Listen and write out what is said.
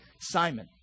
Simon